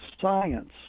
science